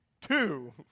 Two